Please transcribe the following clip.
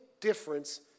difference